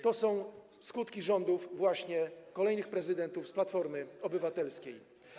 To są skutki rządów kolejnych prezydentów z Platformy Obywatelskiej.